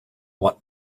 want